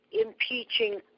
impeaching